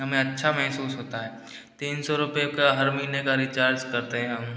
हमें अच्छा महसूस होता है तीन सौ रूपये का हर महीने का रिचार्ज करते है हम